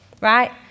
right